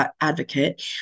advocate